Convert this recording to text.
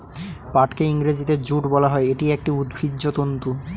পাটকে ইংরেজিতে জুট বলা হয়, এটি একটি উদ্ভিজ্জ তন্তু